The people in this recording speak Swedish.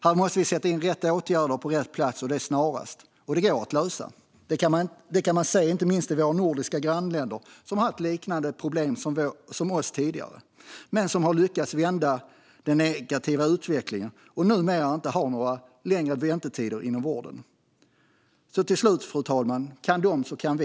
Här måste vi sätta in rätt åtgärder på rätt plats och det snarast. Det går att lösa; det kan man se inte minst i våra nordiska grannländer, som tidigare har haft liknande problem men som har lyckats vända den negativa utvecklingen och numera inte har några längre väntetider inom vården. Fru talman! Kan de så kan vi!